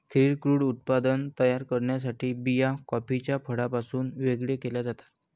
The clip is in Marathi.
स्थिर क्रूड उत्पादन तयार करण्यासाठी बिया कॉफीच्या फळापासून वेगळे केल्या जातात